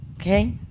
Okay